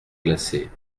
glacée